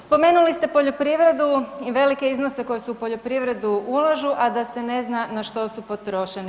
Spomenuli ste poljoprivredu i velike iznose koji se u poljoprivredu ulažu, a da se ne zna na što su potrošeni.